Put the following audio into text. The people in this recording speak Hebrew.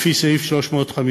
לפי סעיף 350,